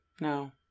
No